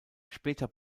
später